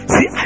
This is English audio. See